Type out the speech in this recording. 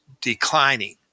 declining